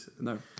No